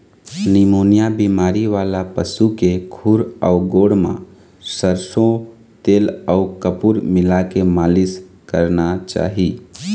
pneumonia बेमारी वाला पशु के खूर अउ गोड़ म सरसो तेल अउ कपूर मिलाके मालिस करना चाही